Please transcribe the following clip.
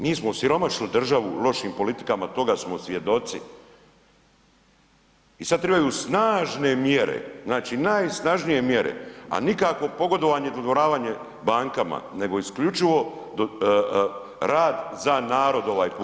Mi smo osiromašili državu lošim politikama toga smo svjedoci i sada trebaju snažne mjere, znači najsnažnije mjere, a nikako pogodovanje i dodvoravanje bankama nego isključivo rad za narod ovaj put.